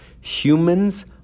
Humans